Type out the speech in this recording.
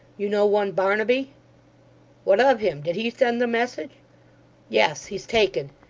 you know one barnaby what of him? did he send the message yes. he's taken.